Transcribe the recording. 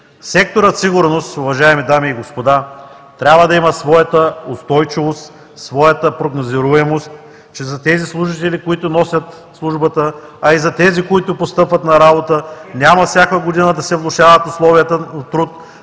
Секторът „Сигурност“, уважаеми дами и господа, трябва да има своята устойчивост, своята прогнозируемост, че за тези служители, които носят службата, а и за тези, които постъпват на работа, няма всяка година да се влошават условията на труд,